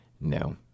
No